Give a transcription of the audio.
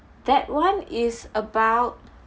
that [one] is about